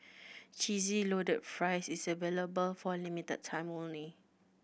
Cheesy Loaded Fries is available for a limited time only